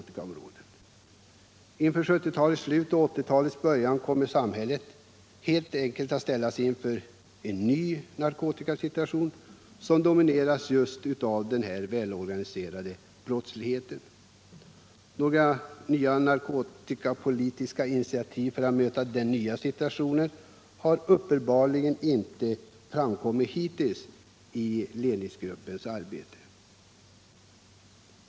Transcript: Vid 1970-talets slut och i början av 1980-talet kommer samhället att ställas inför en ny narkotikasituation, som domineras av just den här välorganiserade brottsligheten. Några nya narkotikapolitiska initiativ för att möta den nya situationen har ledningsgruppen uppenbarligen inte tagit hittills.